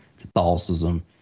catholicism